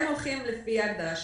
הם הולכים לפי ההגדרה בחוק,